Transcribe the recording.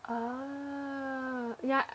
ah yeah